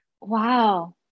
Wow